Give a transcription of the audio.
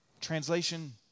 Translation